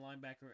linebacker